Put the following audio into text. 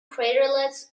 craterlets